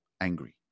angry